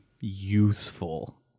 useful